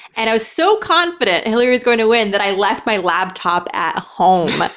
and i was so confident hillary was going to win that i left my laptop at home.